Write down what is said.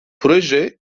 proje